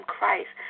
Christ